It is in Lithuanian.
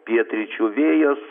pietryčių vėjas